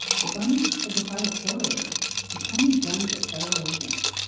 the bundys had defied a court order and pointed guns at federal agents.